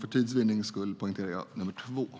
För tids vinnande poängterar jag reservation nr 2.